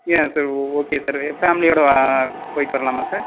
யா sir okay sir ஃபேமிலியோடு போயிட்டு வரலாமா சார்